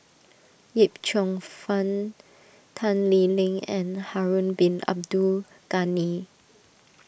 Yip Cheong Fun Tan Lee Leng and Harun Bin Abdul Ghani